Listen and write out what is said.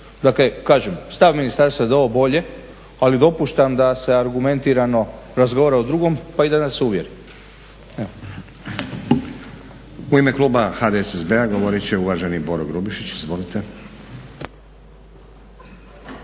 Dakle kažem, stav ministarstva je da je ovo bolje ali dopuštam da se argumentirano razgovara o drugom pa i da nas se uvjeri. **Stazić, Nenad (SDP)** U ime kluba HDSSB-a govorit će uvaženi Boro Grubišić. Izvolite.